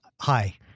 hi